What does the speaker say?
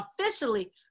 officially